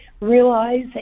realize